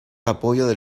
apoyo